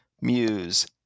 Muse